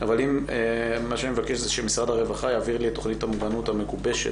אבל מה שאני מבקש שמשרד הרווחה יעביר לי את תוכנית המוגנות המגובשת,